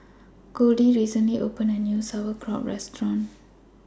Goldie recently opened A New Sauerkraut Restaurant